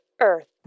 earth